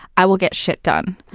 i will get shit done.